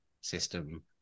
system